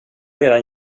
redan